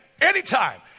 anytime